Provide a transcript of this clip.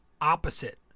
opposite